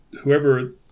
whoever